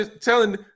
telling –